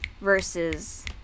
versus